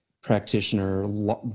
practitioner